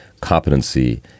competency